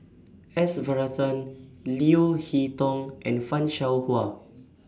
S Varathan Leo Hee Tong and fan Shao Hua